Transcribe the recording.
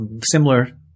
similar